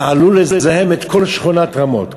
וזה עלול לזהם את כל שכונת רמות,